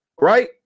right